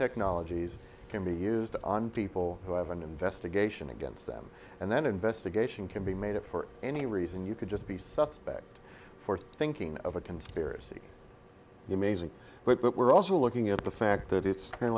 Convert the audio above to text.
technologies can be used on people who have an investigation against them and then investigation can be made up for any reason you could just be suspect for thinking of a conspiracy the amazing but we're also looking at the fact that it's kind